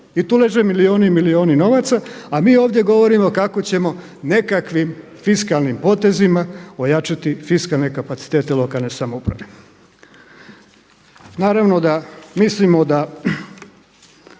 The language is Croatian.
I tu leže milijuni i milijuni novaca a mi ovdje govorimo kako ćemo nekakvim fiskalnim potezima ojačati fiskalne kapacitete lokalne samouprave. Naravno da mislimo da